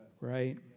right